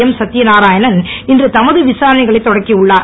எம்சத்தியநாராயணன் இன்று தமது விசாரணைகளைத் தொடக்கியுள்ளார்